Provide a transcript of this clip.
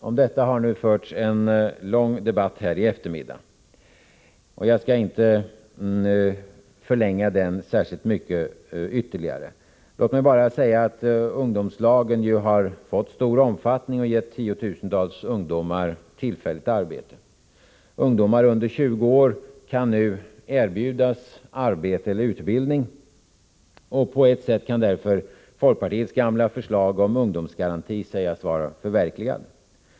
Om detta har det förts en lång debatt här i eftermiddag, och jag skall inte förlänga den särskilt mycket. Låt mig bara säga att ungdomslagen har fått stor omfattning och gett tiotusentals ungdomar tillfälligt arbete. Ungdomar under 20 år kan nu erbjudas arbete eller utbildning. På ett sätt kan därför folkpartiets gamla förslag om ungdomsgaranti sägas vara förverkligat.